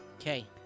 Okay